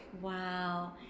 Wow